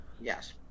Yes